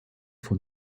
von